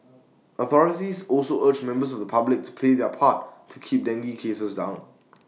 authorities also urged members of the public to play their part to keep dengue cases down